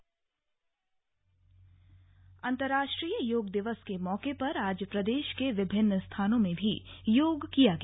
योगाभ्यास अंतरराष्ट्रीय योग दिवस के मौके पर आज प्रदेश के विभिन्न स्थानों में भी योग किया गया